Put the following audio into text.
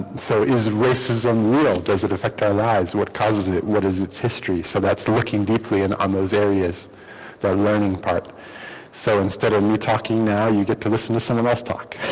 so is racism real does it affect our lives what causes it what is its history so that's looking deeply and on those areas they're learning part so instead of me talking now you get to listen to someone else talk